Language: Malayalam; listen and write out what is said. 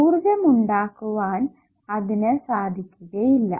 ഊർജ്ജം ഉണ്ടാക്കുവാൻ അതിനു സാധിക്കുകയില്ല